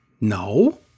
No